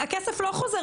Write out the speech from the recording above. הכסף לא חוזר.